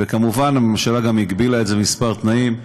וכמובן הממשלה גם הגבילה את זה בכמה תנאים.